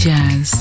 Jazz